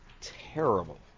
terrible